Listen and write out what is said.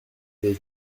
les